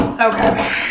Okay